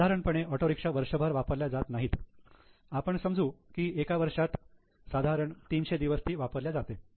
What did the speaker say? साधारणपणे ऑटोरिक्षा वर्षभर वापरल्या जात नाही आपण समजू की एका वर्षात 300 दिवस ती वापरल्या जाते